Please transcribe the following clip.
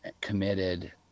committed